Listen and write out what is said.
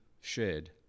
shared